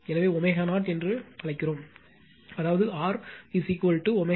எனவே 0 என்று அழைக்கிறோம் அதாவது R 0 L Q